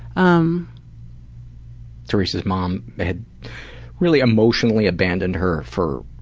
um teresa's mom had really emotionally abandoned her for